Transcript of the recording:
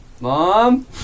Mom